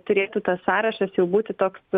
turėtų tas sąrašas jau būti toks